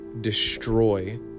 destroy